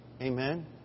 Amen